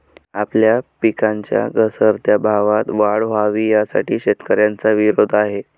आपल्या पिकांच्या घसरत्या भावात वाढ व्हावी, यासाठी शेतकऱ्यांचा विरोध आहे